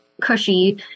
cushy